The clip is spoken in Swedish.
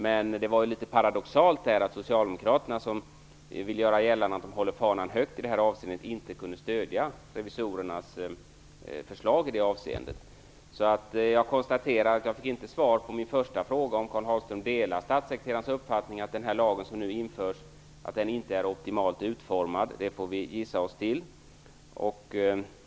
Men det var paradoxalt att socialdemokraterna, som vill göra gällande att de håller fanan högt i detta avseende, inte kunde stödja revisorernas förslag. Jag konstaterar att jag inte fick svar på min första fråga om Karl Hagström delar statssekreterarens uppfattning att den lag som nu införs inte är optimalt utformad. Det får vi gissa oss till.